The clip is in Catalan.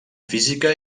física